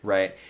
Right